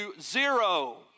zero